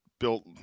built